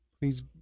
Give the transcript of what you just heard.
please